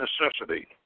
necessity